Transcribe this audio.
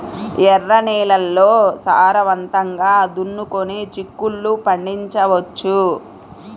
ఎర్ర నేలల్లో సారవంతంగా దున్నుకొని చిక్కుళ్ళు పండించవచ్చు